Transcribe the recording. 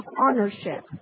ownership